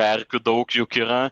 erkių daug juk yra